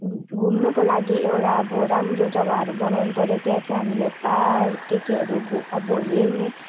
घुम्नुको लागि एउटा अब राम्रो जग्गाहरू बनाउनु पऱ्यो त्यहाँ चाहिँ हामीले पार्क के केहरू घु अब हेर्ने